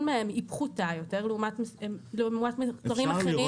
מהם היא פחותה יותר לעומת מוצרים אחרים.